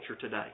today